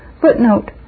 Footnote